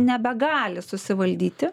nebegali susivaldyti